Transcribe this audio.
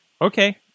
Okay